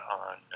on